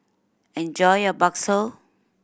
enjoy your bakso